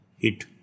hit